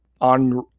on